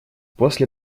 после